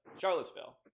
Charlottesville